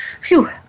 Phew